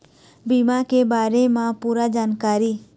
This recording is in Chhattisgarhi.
बीमा के बारे म पूरा जानकारी?